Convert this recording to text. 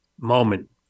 moment